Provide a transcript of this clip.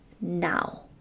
now